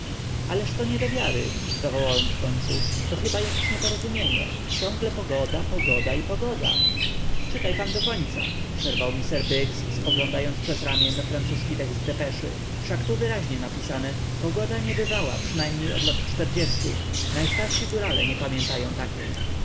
ależ to nie do wiary zawołałem w końcu to chyba jakieś nieporozumienie ciągle pogoda pogoda i pogoda czytaj pan do końca przerwał mi sir biggs spoglądając przez ramię na francuzki tekst depeszy wszak tu wyraźnie napisane pogoda niebywała przynajmniej od lat czterdziestu najstarsi górale nie pamiętają takiej